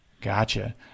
Gotcha